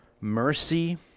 mercy